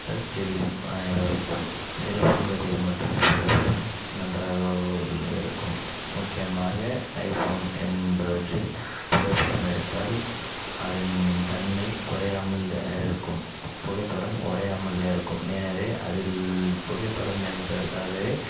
அது தெரியும் அனைவருக்கும் சில ஃபோன்களில் மட்டுமே புகைப்படம் நன்றாக இருக்கும் முக்கியமாக ஐஃபோன் என்பவற்றில் புகைப்படம் எடுத்தால் அதன் தன்மை குறையாமல் இருக்கும் புகைப்படம் உடையாமல் இருக்கும் எனவே அதில் புகைப்படம் என்பதற்காகவே